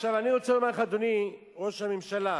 עכשיו אני רוצה לומר לך, אדוני ראש הממשלה,